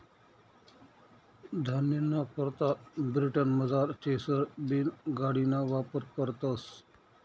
धान्यना करता ब्रिटनमझार चेसर बीन गाडिना वापर करतस